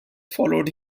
followed